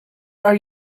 are